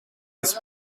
his